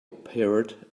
appeared